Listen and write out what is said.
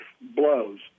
blows